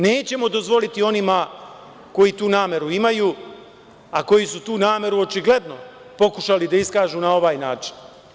Nećemo dozvoliti onima koji tu nameru imaju, a koji su tu nameru, očigledno, pokušali da iskažu na ovaj način.